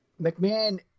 McMahon